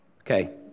Okay